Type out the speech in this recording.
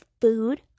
food